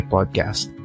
Podcast